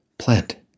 plant